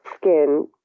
skin